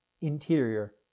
Interior